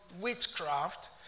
witchcraft